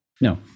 No